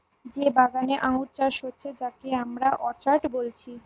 যে বাগানে আঙ্গুর চাষ হচ্ছে যাকে আমরা অর্চার্ড বলছি